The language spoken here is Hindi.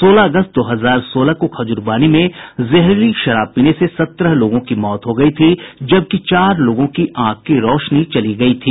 सोलह अगस्त दो हजार सोलह को खजुरबानी में जहरीली शराब पीने से सत्रह लोगों की मौत हो गयी थी जबकि चार लोगों की आंख की रौशनी चली गयी थी